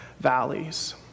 valleys